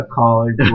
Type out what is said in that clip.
college